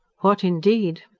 what, indeed!